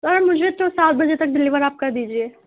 سر مجھے تو سات بجے تک ڈلیور آپ کر دیجیے